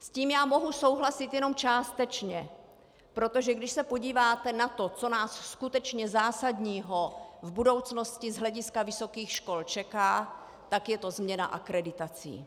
S tím já mohu souhlasit jenom částečně, protože když se podíváte na to, co nás skutečně zásadního v budoucnosti z hlediska vysokých škol čeká, tak je to změna akreditací.